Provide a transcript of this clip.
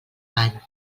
bany